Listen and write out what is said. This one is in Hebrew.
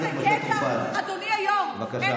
חבר הכנסת עופר כסיף, אינו